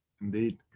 Indeed